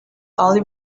only